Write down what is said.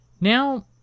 Now